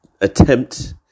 attempt